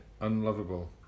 unlovable